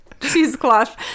cheesecloth